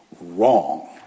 wrong